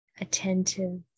attentive